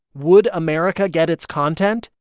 would america get its content?